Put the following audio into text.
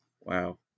Wow